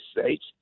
States